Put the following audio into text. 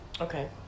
Okay